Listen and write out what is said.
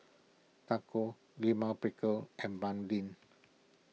Tacos Lima Pickle and Banh Lin